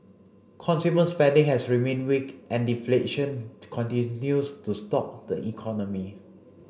consumer spending has remained weak and deflation continues to stalk the economy